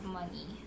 money